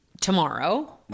tomorrow